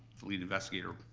the lead investigator,